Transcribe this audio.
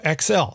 XL